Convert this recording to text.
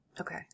Okay